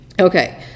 Okay